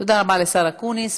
תודה רבה לשר אקוניס.